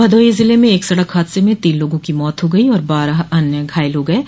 भदोही ज़िले में एक सड़क हादसे में तीन लोगों की मौत हो गई और बारह अन्य घायल हो गय हैं